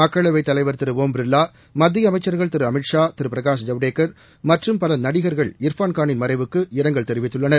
மக்களவைத் தலைவா் திரு ஓம் பிா்லா மத்திய அமைச்சா்கள் திரு அமித்ஷா திரு பிரகாஷ் ஜவடேக்கர் மற்றும் பலர் நடிகர் இர்பான் கானின் மறைவுக்கு இரங்கல் தெரிவித்துள்ளனர்